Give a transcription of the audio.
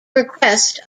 request